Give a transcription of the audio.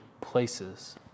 places